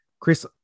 Chris